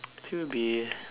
actually would be